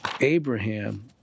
Abraham